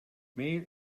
male